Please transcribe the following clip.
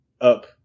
up